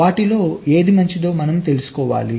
వాటిలో ఏది మంచిదో మనము తెలుసుకోవాలి